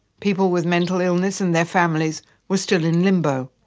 people with mental illness and their families were still in limbo,